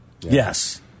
Yes